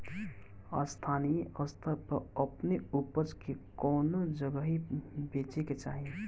स्थानीय स्तर पर अपने ऊपज के कवने जगही बेचे के चाही?